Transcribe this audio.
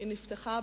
היא נפתחה,